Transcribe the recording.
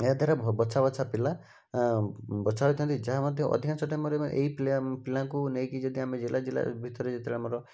ଏହାଦ୍ଵାରା ବଛା ବଛା ପିଲା ଆ ବଛା ହୋଇଥାନ୍ତି ଯାହା ମଧ୍ୟ ଅଧିକାଂଶ ଟାଇମରେ ଏଇ ପ୍ଲେୟାର ପ୍ଲେୟାରଙ୍କୁ ନେଇକି ଯଦି ଆମେ ଜିଲ୍ଲା ଜିଲ୍ଲାରେ ଭିତରେ ଯେତେବେଳେ ଆମର